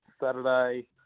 Saturday